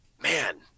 man